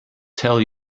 tell